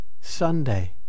Sunday